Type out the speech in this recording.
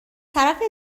طرف